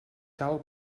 cal